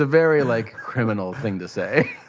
ah very like criminal thing to say.